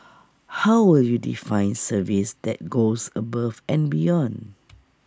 how will you define service that goes above and beyond